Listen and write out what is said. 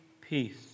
peace